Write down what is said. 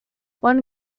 when